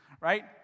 right